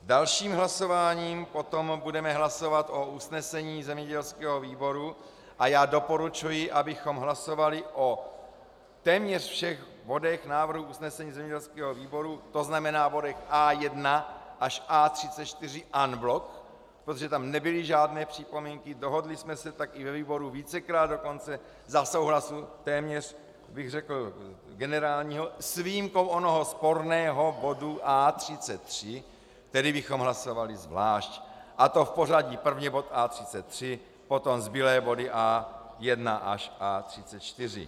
V dalším hlasování potom budeme hlasovat o usnesení zemědělského výboru a já doporučuji, abychom hlasovali o téměř všech bodech návrhu usnesení zemědělského výboru, to znamená o bodech A1 až A34 en bloc, protože tam nebyly žádné připomínky, dohodli jsme se tak i ve výboru vícekrát, dokonce za souhlasu téměř bych řekl generálního, s výjimkou onoho sporného bodu A33, který bychom hlasovali zvlášť, a to v pořadí: prvně bod A33, potom zbylé body A1 až A34.